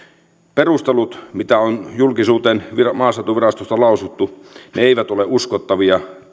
perustelut mitä on julkisuuteen maaseutuvirastosta lausuttu eivät ole uskottavia